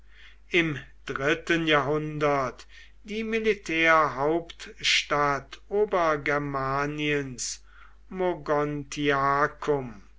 im dritten jahrhundert die militärhauptstadt